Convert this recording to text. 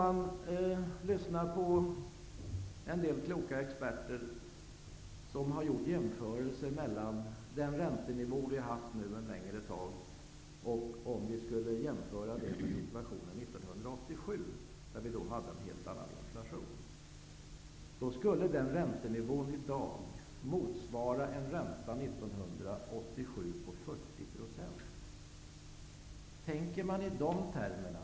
Det finns en del kloka experter som har gjort jämförelser mellan den räntenivå som vi har haft nu en längre tid och den situation som vi hade 1987 - då vi hade en helt annan inflation. Den räntenivå vi har i dag skulle då motsvara en ränta på 40 % 1987.